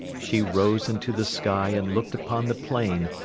she rose into the sky and looked upon the plain,